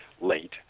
late